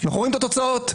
רואים את התוצאות.